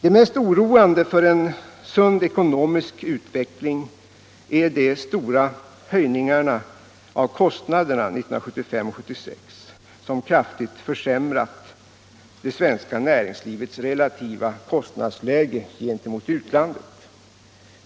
Det mest oroande för en sund ekonomisk utveckling är att de stora höjningarna av kostnaderna 1975 och 1976 kraftigt har försämrat det svenska näringslivets relativa kostnadsläge gentemot utlandet.